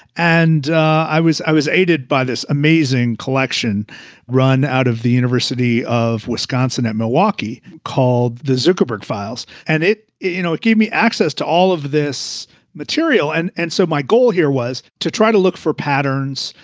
and i was i was aided by this amazing collection run out of the university of wisconsin at milwaukee called the zuckerberg files. and it it you know, it gave me access to all of this material. and and so my goal here was to try to look for patterns,